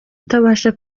izabasha